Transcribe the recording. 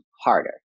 harder